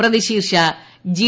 പ്രതിശീർഷ G